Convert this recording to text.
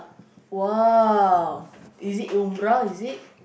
!wah! is it is it